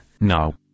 No